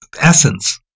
essence